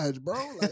bro